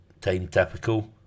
TimeTypical